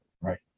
right